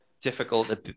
difficult